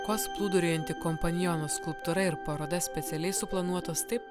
kaws plūduriuojanti kompaniono skulptūra ir paroda specialiai suplanuotas taip